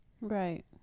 right